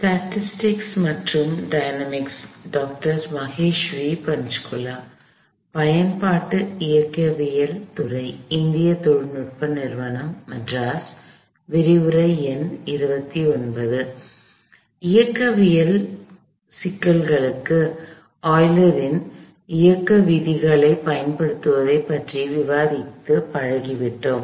எனவே இயக்கவியல் சிக்கல்களுக்கு ஆய்லரின் இயக்க விதிகளைப் பயன்படுத்துவதைப் பற்றி விவாதிக்கப் பழகிவிட்டோம்